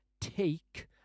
take